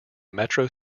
metro